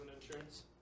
insurance